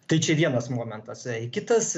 tai čia vienas momentas kitas